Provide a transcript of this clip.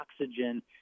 oxygen